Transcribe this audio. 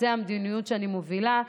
זאת המדיניות שאני מובילה.